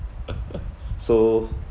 so